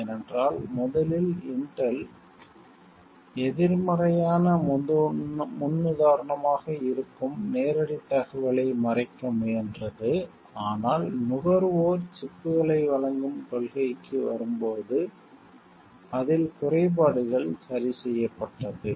ஏனென்றால் முதலில் இன்டெல் எதிர்மறையான முன்னுதாரணமாக இருக்கும் நேரடித் தகவலை மறைக்க முயன்றது ஆனால் நுகர்வோர் சிப்களை வழங்கும் கொள்கைக்கு வரும்போது அதில் குறைபாடுகள் சரிசெய்யப்பட்டது